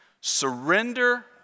surrender